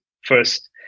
first